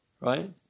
right